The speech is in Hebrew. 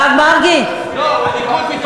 הרב מרגי, לא, הליכוד מתעורר.